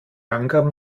angaben